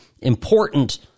important